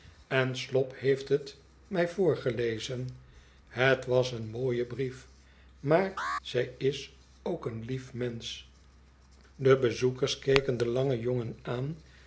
en slop heeft het mij voorgelezen het was een mooie brief maar zij is ook een lief mensch de bezoekers keken den langen jongen aan